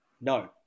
No